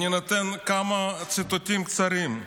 אני נותן כמה ציטוטים קצרים: